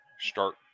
start